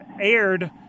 aired